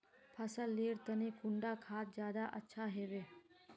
फसल लेर तने कुंडा खाद ज्यादा अच्छा हेवै?